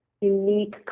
unique